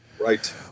Right